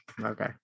Okay